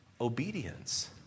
obedience